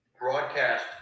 broadcast